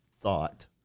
thought